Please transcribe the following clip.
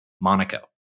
Monaco